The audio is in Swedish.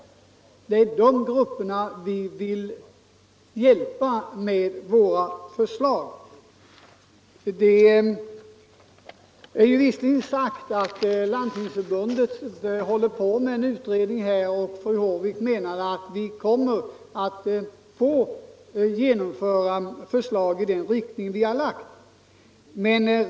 Det är dessa grupper vi vill hjälpa med vårt förslag. Det är visserligen sant att Landstingsförbundet utreder den här frågan och fru Håvik menade att förslag i den riktning som vi har lagt kommer att antagas.